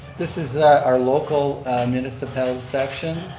this is our local municipal section.